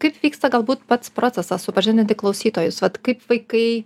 kaip vyksta galbūt pats procesas supažindinti klausytojus vat kaip vaikai